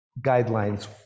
guidelines